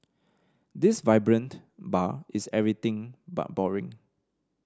this vibrant bar is everything but boring